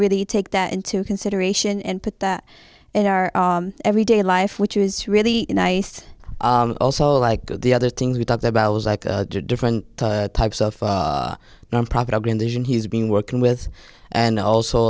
really take that into consideration and put that in our everyday life which is really nice also like the other things we talked about was like different types of nonprofit organization he's been working with and also